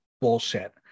bullshit